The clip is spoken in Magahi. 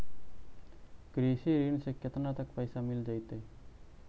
कृषि ऋण से केतना तक पैसा मिल जइतै?